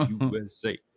USA